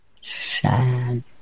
sad